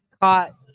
caught